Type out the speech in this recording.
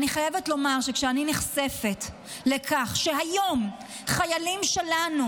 אני חייבת לומר שכשאני נחשפת לכך שהיום חיילים שלנו